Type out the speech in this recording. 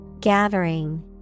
Gathering